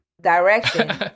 direction